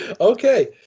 Okay